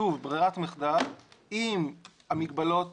אם המגבלות